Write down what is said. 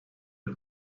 the